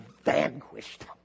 vanquished